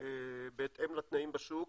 בהתאם לתנאים בשוק,